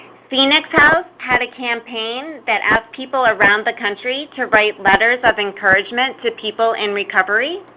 phoenix house had a campaign that asked people around the country to write letters of encouragement to people in recovery.